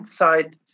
inside